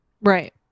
Right